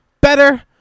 better